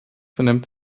benimmt